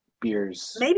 beers